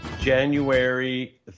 January